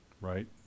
right